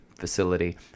facility